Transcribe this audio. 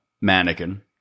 mannequin